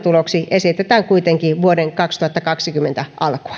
esitetään kuitenkin vuoden kaksituhattakaksikymmentä alkua